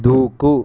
దూకు